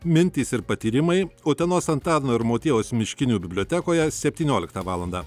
mintys ir patyrimai utenos antano ir motiejaus miškinių bibliotekoje septynioliktą valandą